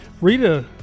Rita